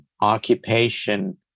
occupation